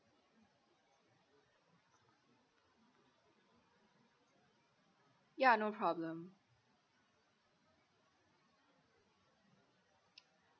ya no problem